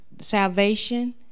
salvation